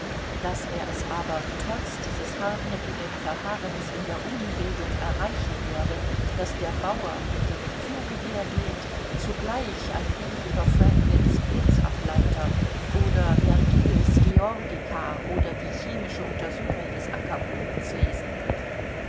daß er es aber trotz dieses hartnäckigen verharrens in der unbildung erreichen werde daß der bauer hinter dem pfluge hergehend zugleich ein buch über franklins blitzableiter oder vergils georgika oder die chemische untersuchung des ackerbodens lesen wird